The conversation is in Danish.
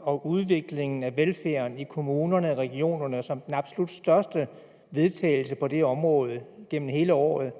og udviklingen af velfærden i kommunerne, i regionerne – som er den absolut største vedtagelse på det område i løbet af hele året